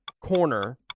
corner